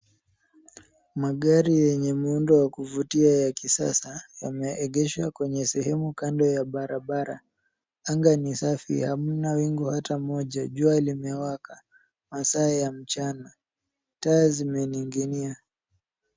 Magari yenye muundo ya kuvutia ya kisasa yameegeshwa kwenye sehemu kando ya barabara, anga ni safi, hamna wingu ata moja, jua limewaka, masaa ya mchana, taa zimening'inia.